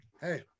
Hey